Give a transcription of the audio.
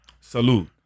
salute